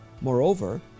Moreover